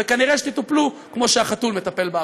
וכנראה שתטופלו כמו שהחתול מטפל בעכבר.